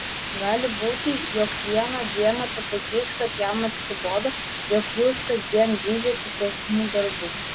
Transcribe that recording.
gali būti jog vieną dieną pasakys kad jam atsibodo jog jūs kasdien zyziate dėl namų darbų